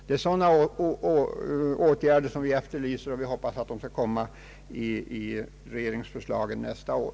Det är sådana åtgärder vi efterlyser, och vi hoppas att de skall tas upp i ett regeringsförslag nästa år.